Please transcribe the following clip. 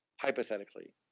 hypothetically